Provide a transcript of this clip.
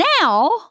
Now